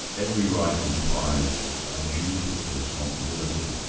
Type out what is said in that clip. every right implies a duty, a responsibility,